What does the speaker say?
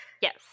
Yes